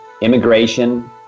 immigration